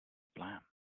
plan